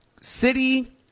city